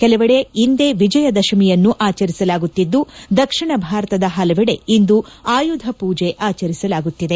ಕೆಲವೆಡೆ ಇಂದೇ ವಿಜಯದಶಮಿಯನ್ನೂ ಆಚರಿಸಲಾಗುತ್ತಿದ್ದು ದಕ್ಷಿಣ ಭಾರತದ ಹಲವೆಡೆ ಇಂದು ಆಯುಧಪೂಜೆ ಆಚರಿಸಲಾಗುತ್ತಿದೆ